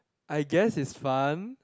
I guess it's fun